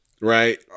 right